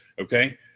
Okay